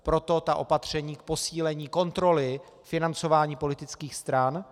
Proto opatření k posílení kontroly financování politických stran.